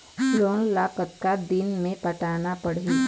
Loan ला कतका दिन मे पटाना पड़ही?